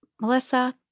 Melissa